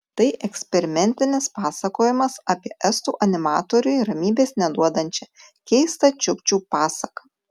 tai eksperimentinis pasakojimas apie estų animatoriui ramybės neduodančią keistą čiukčių pasaką